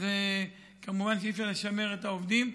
כמובן אי-אפשר לשמר את העובדים.